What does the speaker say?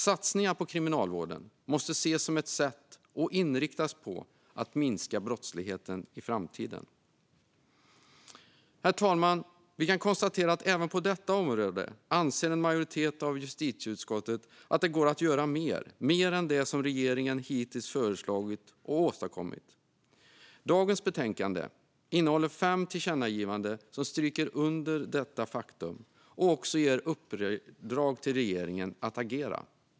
Satsningar på kriminalvården måste ses som ett sätt, och inriktas på, att minska brottsligheten i framtiden. Herr talman! Vi kan konstatera att även på detta område anser en majoritet av justitieutskottet att det går att göra mer än det som regeringen hittills har föreslagit och åstadkommit. Dagens betänkande innehåller fem tillkännagivanden som stryker under detta faktum och också ger uppdrag till regeringen att agera.